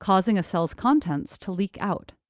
causing a cell's contents to leak out.